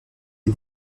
est